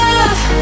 love